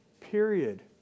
period